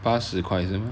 八十块是吗